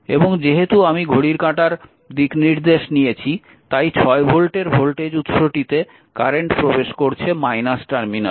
এবং যেহেতু আমি ঘড়ির কাঁটার দিকনির্দেশ নিয়েছি তাই 6 ভোল্টের ভোল্টেজ উৎসটিতে কারেন্ট প্রবেশ করছে টার্মিনালে